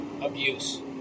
abuse